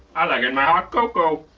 i like it in my hot cocoa.